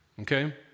Okay